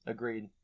Agreed